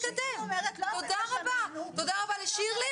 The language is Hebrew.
הנציג בענייני בריאות.